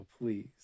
please